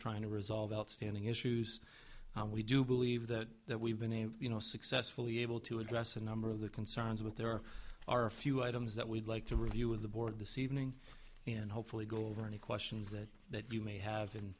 trying to resolve outstanding issues we do believe that that we've been a you know successfully able to address a number of the concerns but there are a few items that we'd like to review with the board to see evening and hopefully go over any questions that that we may have